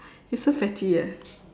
you're so fatty eh